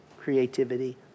creativity